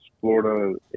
Florida